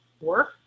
work